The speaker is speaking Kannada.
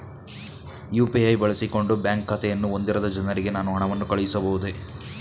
ಯು.ಪಿ.ಐ ಬಳಸಿಕೊಂಡು ಬ್ಯಾಂಕ್ ಖಾತೆಯನ್ನು ಹೊಂದಿರದ ಜನರಿಗೆ ನಾನು ಹಣವನ್ನು ಕಳುಹಿಸಬಹುದೇ?